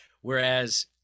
whereas